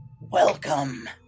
Welcome